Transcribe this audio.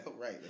right